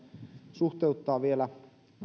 suhteuttaa vielä